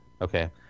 Okay